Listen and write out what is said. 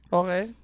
okay